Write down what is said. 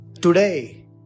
today